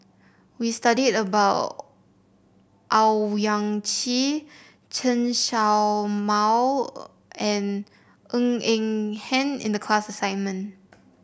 we studied about Owyang Chi Chen Show Mao and Ng Eng Hen in the class assignment